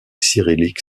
cyrillique